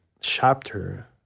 chapter